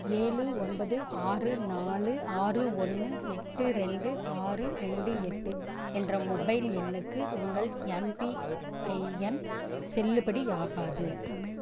ஏழு ஒன்பது ஆறு நாலு ஆறு ஒன்று எட்டு ரெண்டு ஆறு ரெண்டு எட்டு என்ற மொபைல் எண்ணுக்கு உங்கள் எம்பிஐஎன் செல்லுபடியாகாது